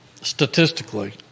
statistically